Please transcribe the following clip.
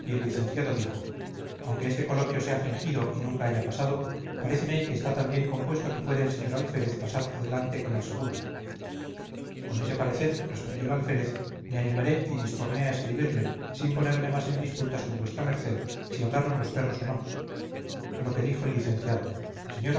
licenciado dijo aunque este coloquio sea fingido y nunca haya pasado paréceme que está tan bien compuesto que puede el señor alférez pasar adelante con el segundo con ese parecer respondió el alférez me animaré y disporné a escribirle sin ponerme más en disputas con vuesa merced si hablaron los perros o no a lo que dijo el licenciado señor